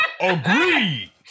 agree